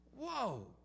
Whoa